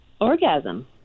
Orgasm